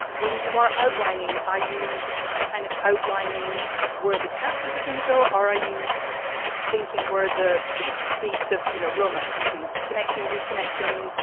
when you are outlining, are you kind of outlining where the characters are going to go? are ah you thinking were the the beats of you know romance between connecting, reconnecting,